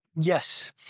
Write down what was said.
Yes